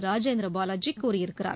ராஜேந்திர பாலாஜி கூறியிருக்கிறார்